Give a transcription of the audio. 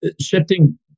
shifting